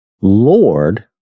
Lord